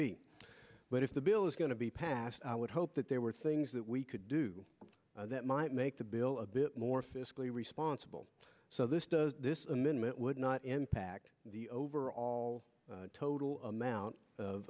be but if the bill is going to be passed i would hope that there were things that we could do that might make the bill a bit more fiscally responsible so this does this amendment would not impact the overall total amount of